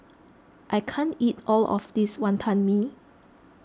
I can't eat all of this Wonton Mee